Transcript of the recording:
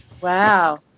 Wow